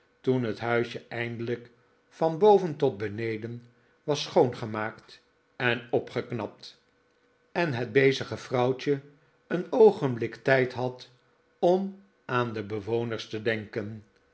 toen het huisje eindelijk van boven tot beneden was schoongemaakt en opgeknapt en het bezige vrouwtje een oogenblik tijd had om aan de bewoners te denken